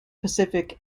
pacific